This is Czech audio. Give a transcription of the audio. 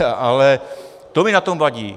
Ale to mi na tom vadí.